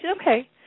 okay